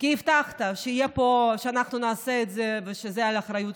כי הבטחת שאנחנו נעשה את זה ושזה על אחריותך.